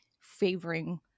favoring